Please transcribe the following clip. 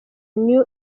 new